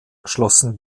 schlossen